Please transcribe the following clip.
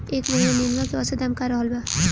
एह महीना नेनुआ के औसत दाम का रहल बा?